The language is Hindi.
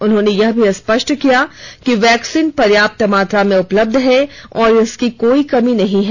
उन्होंने यह भी स्पष्ट किया कि वैक्सीन पर्याप्त मात्रा में उपलब्ध है और इसकी कोई कमी नहीं है